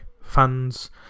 Fans